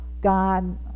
God